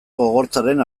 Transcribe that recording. gogortzaren